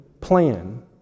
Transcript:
plan